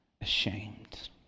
ashamed